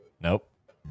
Nope